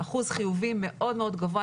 אחוז חיובים מאוד מאוד גבוה.